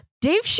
Dave